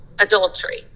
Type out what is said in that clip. adultery